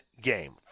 game